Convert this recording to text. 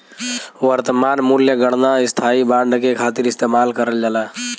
वर्तमान मूल्य गणना स्थायी बांड के खातिर इस्तेमाल करल जाला